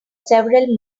several